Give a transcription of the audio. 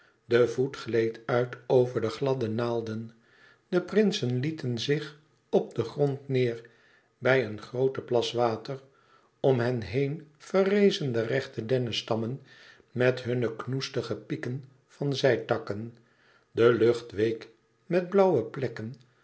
de voet gleed uit over de gladde naalden de prinsen lieten zich op den grond neêr bij een groote plas water om hen heen verrezen de rechte dennestammen met hunne knoestige pieken van zijtakken de lucht week met blauwe plekken